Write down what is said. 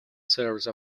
service